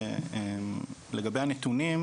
לגבי הנתונים,